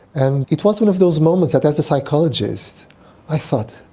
and it was one of those moments that as a psychologist i thought,